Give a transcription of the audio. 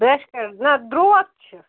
brush کٹَر نہَ درٛوت چھِ